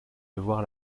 devoir